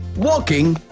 walking,